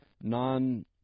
non